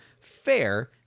fair